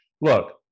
Look